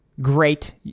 great